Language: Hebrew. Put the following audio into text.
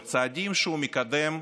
בצעדים שהוא מקדם,